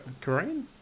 Korean